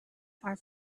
are